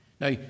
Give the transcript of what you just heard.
Now